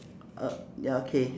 err ya okay